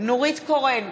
נורית קורן,